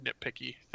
nitpicky